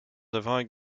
devant